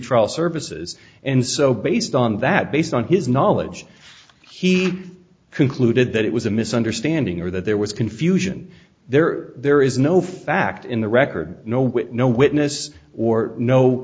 pretrial services and so based on that based on his knowledge he concluded that it was a misunderstanding or that there was confusion there there is no fact in the record no wit no witness or no